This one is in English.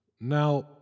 Now